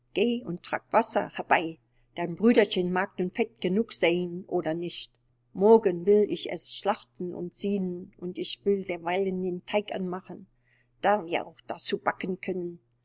und trag wasser herbei dein brüderchen mag nun fett genug seyn oder nicht morgen will ich es schlachten und sieden ich will derweile den teig anmachen daß wir auch dazu backen können